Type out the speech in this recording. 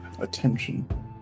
attention